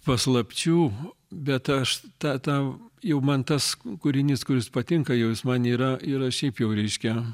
paslapčių bet aš ta tą jau man tas kūrinys kuris patinka jau jis man yra yra šiaip jau reiškia